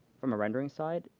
from a rendering side.